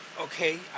Okay